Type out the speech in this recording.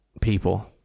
people